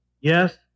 Yes